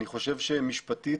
אני חושב שמשפטית,